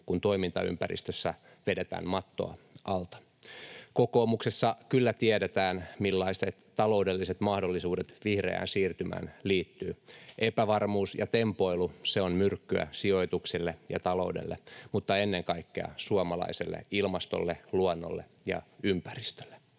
kun toimintaympäristössä vedetään mattoa alta? Kokoomuksessa kyllä tiedetään, millaiset taloudelliset mahdollisuudet vihreään siirtymään liittyy. Epävarmuus ja tempoilu, se on myrkkyä sijoituksille ja taloudelle mutta ennen kaikkea suomalaiselle ilmastolle, luonnolle ja ympäristölle.